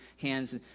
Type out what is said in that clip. hands